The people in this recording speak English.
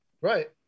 Right